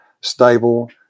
stable